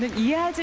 year.